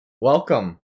Welcome